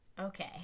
Okay